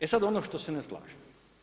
E sad ono što se ne slažem.